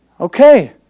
Okay